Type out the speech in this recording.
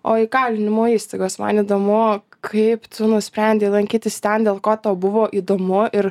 o įkalinimo įstaigos man įdomu kaip tu nusprendei lankytis ten dėl ko tau buvo įdomu ir